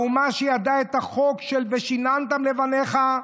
האומה שידעה את החוק של 'ושיננתם לבניך'